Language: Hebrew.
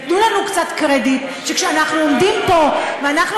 תנו לנו קצת קרדיט שכשאנחנו עומדים פה ואנחנו